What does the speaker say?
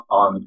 on